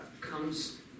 comes